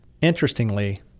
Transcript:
Interestingly